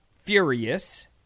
furious